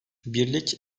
birlik